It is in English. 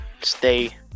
stay